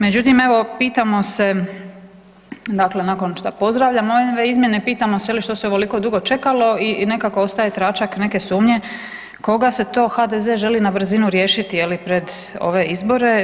Međutim, evo, pitamo se, dakle nakon što pozdravljam ove izmjene, pitamo se što se ovoliko dugo čekalo i nekako ostaje tračak neke sumnje, koga se to HDZ želi na brzinu riješiti, je li, pred ove izbore?